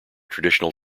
traditional